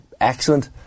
excellent